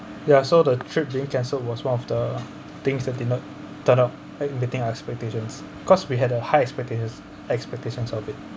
ya so that trip being cancelled was one of the things that did not turn out the thing I expectations cause we had the high expectations expectations of it